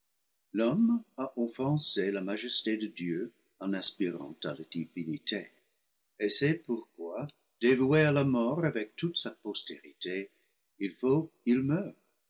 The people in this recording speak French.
l'homme a offensé la majesté de dieu en aspirant à la divinité et c'est pourquoi dévoué à la mort avec toute sa postérité il faut qu'il meure